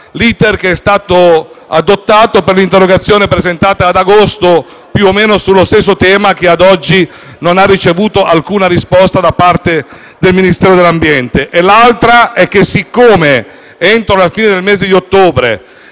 l'*iter* che è stato adottato per un interrogazione presentata ad agosto, più o meno sullo stesso tema, che ad oggi non ha ricevuto alcuna risposta da parte del Ministero dell'ambiente e della tutela del territorio e del mare. In secondo